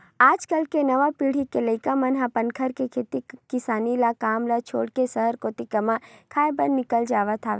आज कल के नवा पीढ़ी के लइका मन ह अपन घर के खेती किसानी काम ल छोड़ के सहर कोती कमाए खाए बर निकल जावत हवय